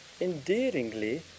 Endearingly